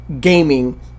gaming